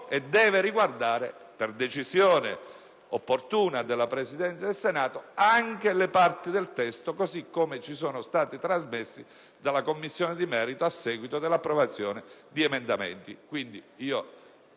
e deve riguardare, per decisione opportuna della Presidenza del Senato, anche le parti del testo così come ci sono state trasmesse dalla Commissione di merito a seguito dell'approvazione di emendamenti.